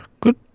Good